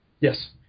Yes